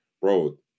Bro